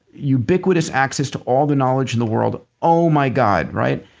ubiquitous access to all the knowledge in the world. oh my god, right?